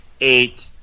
eight